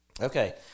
okay